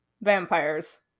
vampires